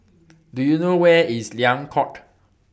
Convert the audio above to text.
Do YOU know Where IS Liang Court